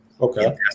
Okay